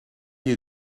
you